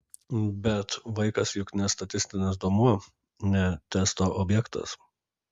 bet vaikas juk ne statistinis duomuo ne testo objektas